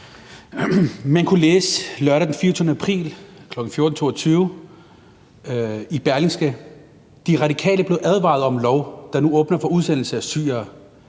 Man kunne læse lørdag den 24. april kl. 14.22 i Berlingske: De Radikale blev advaret om lov, der nu åbner for udsendelse af syrere.